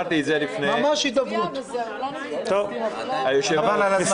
במקרה של היעדר הסכמה תחלק מזכירות